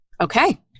Okay